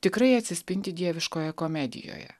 tikrai atsispindi dieviškojoje komedijoje